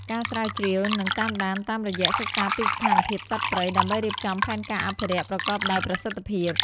ការស្រាវជ្រាវ និងតាមដានតាមរយៈ សិក្សាពីស្ថានភាពសត្វព្រៃ ដើម្បីរៀបចំផែនការអភិរក្សប្រកបដោយប្រសិទ្ធភាព។